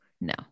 No